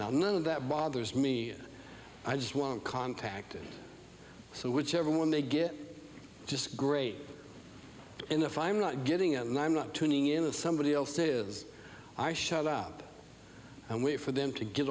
now none of that bothers me i just want contact so whichever one they get just great and if i'm not getting it and i'm not turning into somebody else it is i shut up and wait for them to get